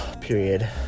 Period